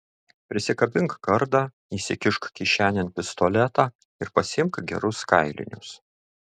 prisikabink kardą įsikišk kišenėn pistoletą ir pasiimk gerus kailinius